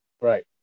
right